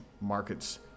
markets